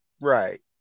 Right